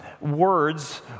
words